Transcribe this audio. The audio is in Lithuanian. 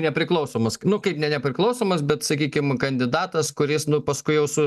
nepriklausomas nu kaip ne nepriklausomas bet sakykim kandidatas kuris nu paskui jau su